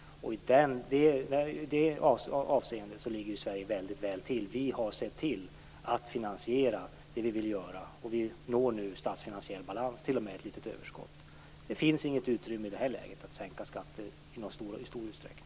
I det avseendet ligger Sverige väldigt väl till. Vi har sett till att finansiera det vi vill göra, och vi når nu statsfinansiell balans, t.o.m. ett litet överskott. Det finns inget utrymme att i de här läget sänka skatter i någon stor utsträckning.